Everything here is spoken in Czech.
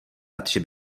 radši